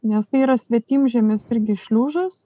nes tai yra svetimžemius irgi šliužas